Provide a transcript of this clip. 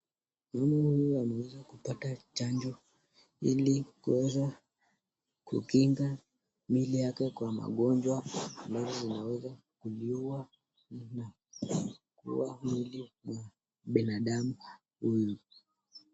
Mama huyu aliweza kupata chanjo ili kuweza kukinga mwili yake kwa magonjwa ambalo linaweza kuliuwa mwli wa binadamu huyu.